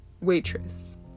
waitress